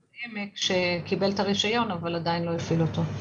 בבית חולים העמק שקיבל רישיון אבל עדיין לא הפעיל אותו.